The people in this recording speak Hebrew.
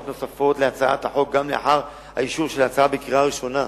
נוספות להצעת החוק גם לאחר אישורה בקריאה ראשונה.